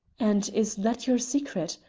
and is that your secret?